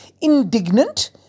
indignant